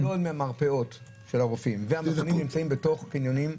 חלק גדול מהמרפאות של הרופאים והמכונים נמצאים בתוך קניונים.